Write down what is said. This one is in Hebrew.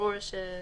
התשנ"א 991,